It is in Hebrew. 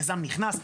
יזם נכנס,